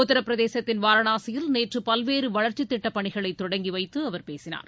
உத்தரப்பிரதேசத்தின் வாரணாசியில் நேற்று பல்வேறு வளர்ச்சித்திட்டப் பணிகளை தொடங்கிவைத்து அவர் பேசினார்